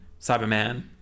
Cyberman